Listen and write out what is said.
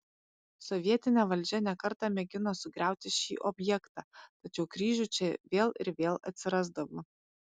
sovietinė valdžia ne kartą mėgino sugriauti šį objektą tačiau kryžių čia vėl ir vėl atsirasdavo